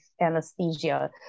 anesthesia